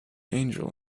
angel